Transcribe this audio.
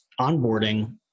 onboarding